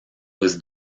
was